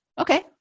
okay